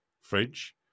fridge